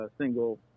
single